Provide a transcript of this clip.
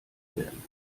werden